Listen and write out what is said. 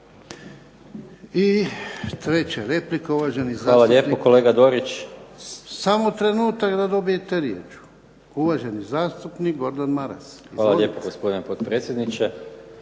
I treća replika uvaženi zastupnik …/Upadica: Hvala lijepo, kolega Dorić./… Samo trenutak da dobijete riječ. Uvaženi zastupnik Gordan Maras. Izvolite. **Maras, Gordan